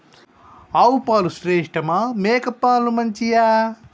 ఆవు పాలు శ్రేష్టమా మేక పాలు మంచియా?